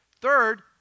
Third